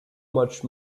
much